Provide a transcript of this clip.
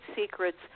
secrets